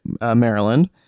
Maryland